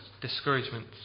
discouragement